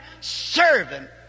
servant